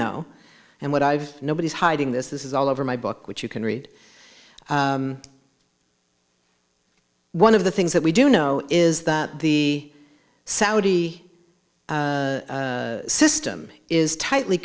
know and what i've nobody is hiding this is all over my book which you can read one of the things that we do know is that the saudi system is tightly